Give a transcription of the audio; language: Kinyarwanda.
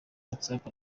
whatsapp